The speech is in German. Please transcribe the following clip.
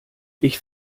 ich